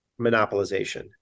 monopolization